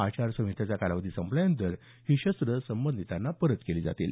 आचारसंहितेचा कालावधी संपल्यानंतर ही शस्त्रं संबंधितांना परत केली जातील